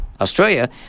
Australia